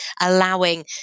allowing